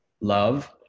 love